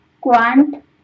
quant